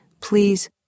Please